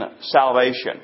salvation